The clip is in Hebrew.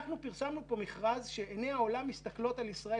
מכרז שעיני העולם מסתכלות על ישראל,